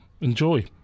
Enjoy